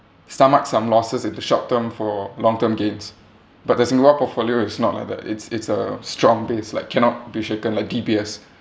stomach some losses in the short term for long term gains but the singapore portfolio is not like that it's it's a strong base like cannot be shaken like D_B_S